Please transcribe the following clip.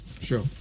sure